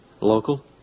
local